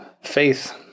faith